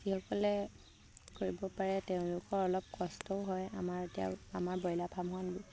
যিসকলে কৰিব পাৰে তেওঁলোকৰ অলপ কষ্টও হয় আমাৰ এতিয়া আমাৰ ব্ৰইলাৰ ফাৰ্মখন